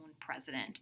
president